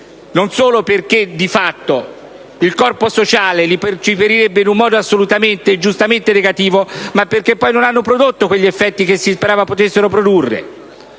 non solo perché di fatto il corpo sociale li percepirebbe in un modo giustamente negativo, ma perché non hanno prodotto quegli effetti che si sperava potessero produrre;